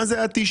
מה זה ה-90?